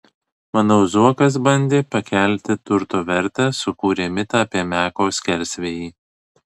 manau zuokas bandė pakelti turto vertę sukūrė mitą apie meko skersvėjį